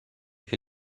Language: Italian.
che